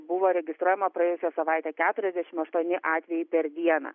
buvo registruojama praėjusią savaitę keturiasdešimt aštuoni atvejai per dieną